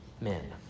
men